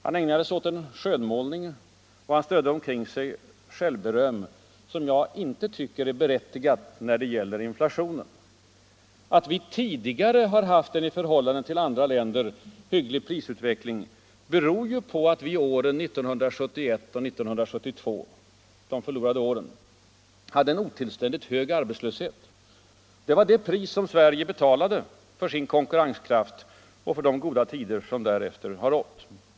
Han ägnade sig åt en skönmålning och han strödde omkring sig självberöm, som jag inte tycker är berättigat när det gäller inflationen. Att vi tidigare har haft en i förhållande till andra länder hygglig prisutveckling beror på att vi åren 1971 och 1972 — de förlorade åren — hade en otillständigt hög arbetslöshet. Det var det pris som Sverige betalade för sin konkurrenskraft och för de goda tider som därefter har rått.